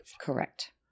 Correct